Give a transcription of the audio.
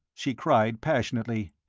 she cried, passionately.